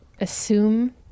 assume